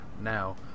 now